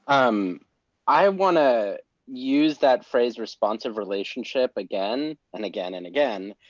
um i wanna use that phrase responsive relationship again and again and again.